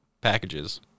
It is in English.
packages